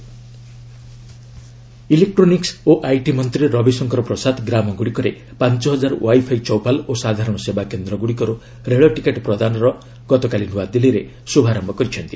Prasad wifi Choupals electronics O IT ମନ୍ତ୍ରୀ ରବିଶଙ୍କର ପ୍ରସାଦ ଗ୍ରାମଗୁଡ଼ିକରେ ପାଞ୍ଚ ହଜାର ୱାଇଫାଇ ଚୌପାଲ୍ ଓ ସାଧାରଣ ସେବା କେନ୍ଦଗ୍ରଡିକର୍ ରେଳ ଟିକେଟ୍ ପ୍ରଦାନର ଗତକାଲି ନୃଆଦିଲ୍ଲୀରେ ଶୁଭାରମ୍ଭ କରିଛନ୍ତି